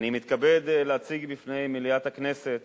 אני מתכבד להציג בפני מליאת הכנסת